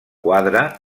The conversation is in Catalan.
quadre